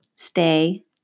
stay